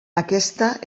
aquesta